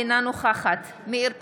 אינה נוכחת מאיר פרוש,